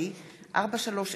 הדיור המוגן (תיקון,